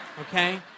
okay